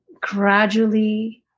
gradually